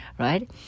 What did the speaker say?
right